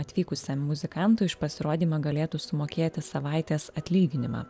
atvykusiam muzikantui už pasirodymą galėtų sumokėti savaitės atlyginimą